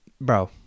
bro